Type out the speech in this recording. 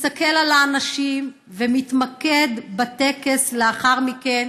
מסתכל על האנשים ומתמקד בטקס לאחר מכן,